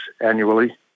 annually